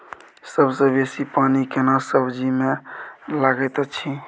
सबसे बेसी पानी केना सब्जी मे लागैत अछि?